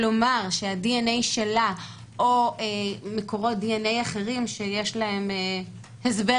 כלומר שהדנ"א שלה או מקורות דנ"א אחרים שיש להם הסבר